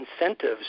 incentives